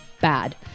bad